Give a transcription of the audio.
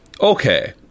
Okay